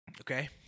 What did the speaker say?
okay